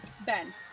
Ben